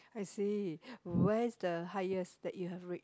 I see where is the highest that you have reached